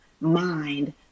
mind